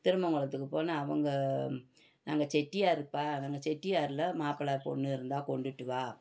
திருமங்களத்துக்கு போனால் அவங்க நாங்கள் செட்டியாருப்பா நாங்கள் செட்டியாரில் மாப்பிளை பொண்ணு இருந்தால் கொண்டுகிட்டுவா